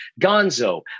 Gonzo